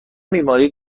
بیماری